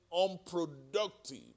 unproductive